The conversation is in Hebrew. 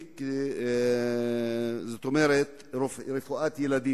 זו טעות טכנית.